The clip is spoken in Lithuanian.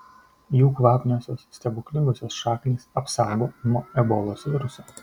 jų kvapniosios stebuklingosios šaknys apsaugo nuo ebolos viruso